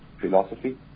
philosophy